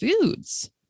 foods